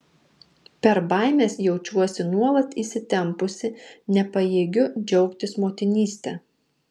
per baimes jaučiuosi nuolat įsitempusi nepajėgiu džiaugtis motinyste